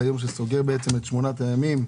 זה היום שסוגר את שמונת הימים.